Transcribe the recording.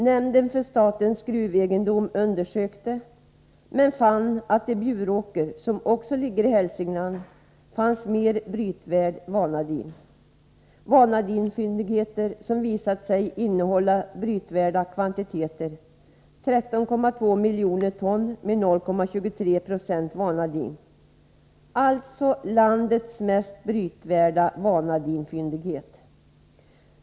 Nämnden för statens gruvegendom undersökte men fann att det i Bjuråker, som också ligger i Hälsingland, fanns mer brytvärd vanadin, fyndigheter som visat sig innehålla brytvärda kvantiteter, 13,2 miljoner ton med 0,23 26 vanadin, alltså landets mest brytvärda vanadinfyndighet.